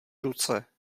ruce